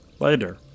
Later